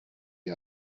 die